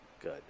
good